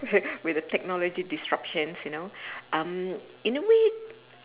wi~ will the technology disruptions you know um in a way